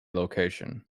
location